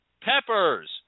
Peppers